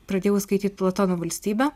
pradėjau skaityt platono valstybę